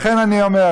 לכן אני אומר: